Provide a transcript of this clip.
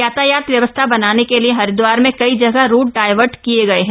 यातायात व्यवस्था बनाने के लिए हरिदवार में कई जगह रुट डायर्वट किये गये हैं